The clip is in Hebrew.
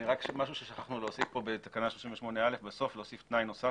משהו ששכחנו להוסיף בתקנה 38א. בסוף להוסיף תנאי נוסף,